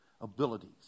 abilities